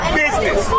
business